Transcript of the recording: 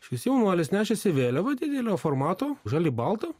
šis jaunuolis nešėsi vėliavą didelio formato žaliai baltą